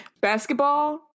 Basketball